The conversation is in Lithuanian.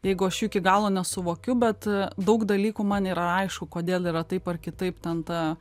jeigu aš jų iki galo nesuvokiu bet daug dalykų man yra aišku kodėl yra taip ar kitaip ten ta